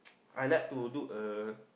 I like to do a